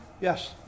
Yes